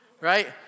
right